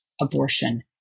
abortion